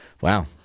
Wow